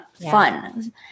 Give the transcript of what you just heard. fun